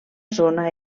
zona